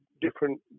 different